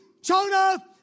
Jonah